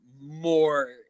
more